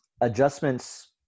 adjustments